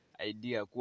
idea